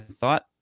thought